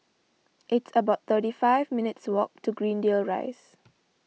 it's about thirty five minutes' walk to Greendale Rise